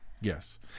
Yes